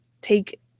take